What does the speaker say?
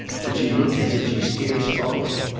but she looked as if she scarce followed.